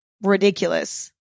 ridiculous